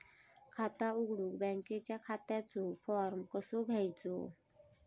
खाता उघडुक बँकेच्या खात्याचो फार्म कसो घ्यायचो?